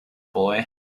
boy